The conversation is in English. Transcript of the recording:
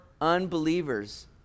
unbelievers